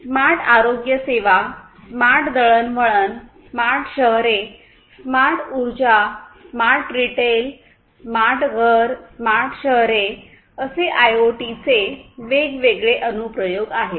smart आरोग्य सेवा smart दळणवळण स्मार्ट शहरे स्मार्ट ऊर्जा स्मार्ट रिटेल स्मार्ट घर स्मार्ट शहरे असे आयओटीचे वेगवेगळे अनु प्रयोग आहेत